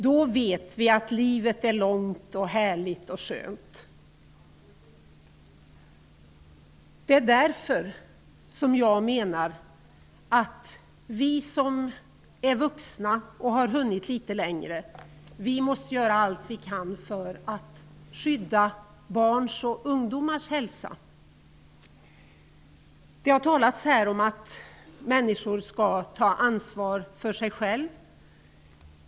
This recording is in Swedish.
Då vet vi att livet är långt och härligt och skönt. Det är därför som jag menar att vi som är vuxna och har hunnit litet längre måste göra allt vi kan för att skydda barns och ungdomars hälsa. Det har talats här om att människor skall ta ansvar för sig själva.